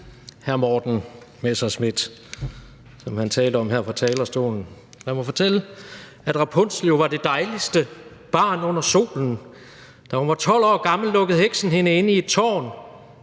som hr. Morten Messerschmidt jo talte om her fra talerstolen, så lad mig fortælle, at Rapunzel var det dejligste barn under solen. Da hun var 12 år gammel, lukkede heksen hende inde i et tårn.